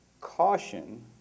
caution